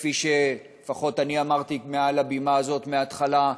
כפי שלפחות אני אמרתי מעל הבימה הזאת מההתחלה,